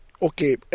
Okay